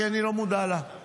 כי אני לא מודע לה,